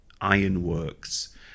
ironworks